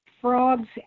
frogs